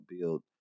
build